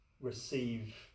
receive